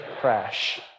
crash